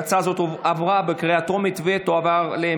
ההצעה להעביר את